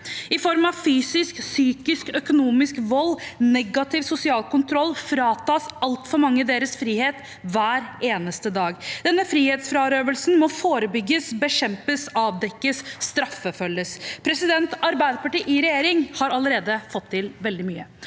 I form av fysisk, psykisk og økonomisk vold og negativ sosial kontroll fratas altfor mange sin frihet hver eneste dag. Denne frihetsberøvelsen må forebygges, bekjempes, avdekkes og straffeforfølges. Arbeiderpartiet i regjering har allerede fått til veldig mye.